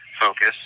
focus